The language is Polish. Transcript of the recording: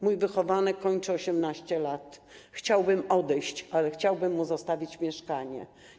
Mój wychowanek kończy 18 lat, chciałbym odejść, ale chciałbym mu zostawić mieszkanie.